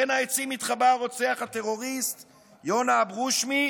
בין העצים התחבא הרוצח הטרוריסט יונה אברושמי